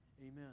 amen